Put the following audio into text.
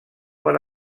per